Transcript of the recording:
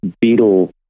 beetle